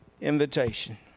invitation